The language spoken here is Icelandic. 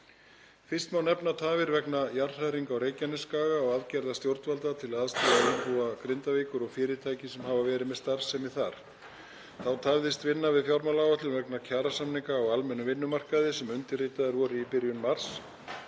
Fyrst má nefna tafir vegna jarðhræringa á Reykjanesskaga og aðgerða stjórnvalda til að aðstoða íbúa Grindavíkur og fyrirtæki sem hafa verið með starfsemi þar. Þá tafðist vinna við fjármálaáætlun vegna kjarasamninga á almennum vinnumarkaði sem undirritaðir voru í byrjun mars